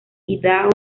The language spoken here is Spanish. idaho